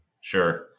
Sure